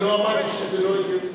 אני לא אמרתי שזה לא הגיוני.